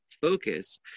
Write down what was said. focus